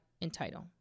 entitle